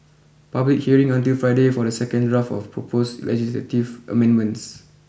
public hearing until Friday for the second draft of proposed legislative amendments